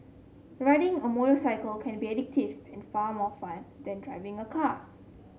riding a motorcycle can be addictive and far more fun than driving a car